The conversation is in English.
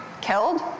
killed